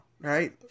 right